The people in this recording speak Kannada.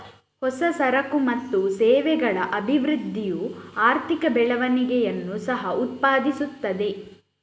ಹೊಸ ಸರಕು ಮತ್ತು ಸೇವೆಗಳ ಅಭಿವೃದ್ಧಿಯು ಆರ್ಥಿಕ ಬೆಳವಣಿಗೆಯನ್ನು ಸಹ ಉತ್ಪಾದಿಸುತ್ತದೆ